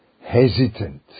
hesitant